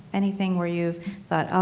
anything where you thought,